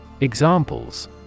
Examples